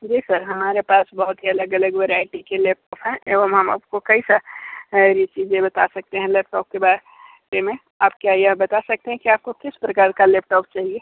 जी sir हमारे पास बहुत ही अलग अलग वेरायटी के लैपटॉप हैं एवं हम आपको कई सारी चीज़ें बता सकते हैं लैपटॉप के बारे में आप क्या यह बता सकते हैं आपको किस प्रकार का लैपटॉप चाहिए